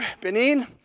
Benin